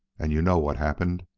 and you know what happened.